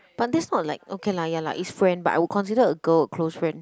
but this not like okay lah ya lah is friend but I would consider a girl a close friend